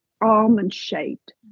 almond-shaped